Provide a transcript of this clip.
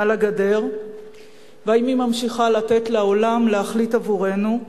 על הגדר ואם היא ממשיכה לתת לעולם להחליט עבורנו,